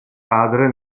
padre